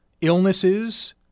illnesses